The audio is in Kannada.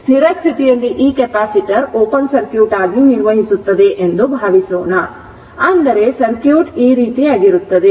ಸ್ಥಿರ ಸ್ಥಿತಿಯಲ್ಲಿ ಈ ಕೆಪಾಸಿಟರ್ ಓಪನ್ ಸರ್ಕ್ಯೂಟ್ ಆಗಿ ಕಾರ್ಯನಿರ್ವಹಿಸುತ್ತದೆ ಎಂದು ಭಾವಿಸೋಣ ಅಂದರೆ ಸರ್ಕ್ಯೂಟ್ ಈ ರೀತಿಯಾಗಿರುತ್ತದೆ